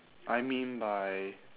I mean by